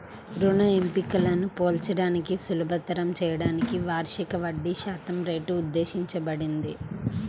రుణ ఎంపికలను పోల్చడాన్ని సులభతరం చేయడానికి వార్షిక వడ్డీశాతం రేటు ఉద్దేశించబడింది